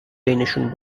بینشون